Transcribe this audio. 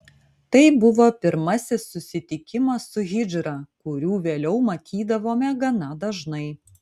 tai buvo pirmasis susitikimas su hidžra kurių vėliau matydavome gana dažnai